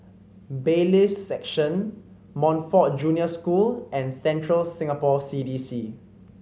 Bailiffs' Section Montfort Junior School and Central Singapore C D C